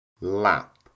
lap